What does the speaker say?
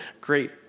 Great